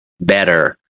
better